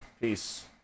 Peace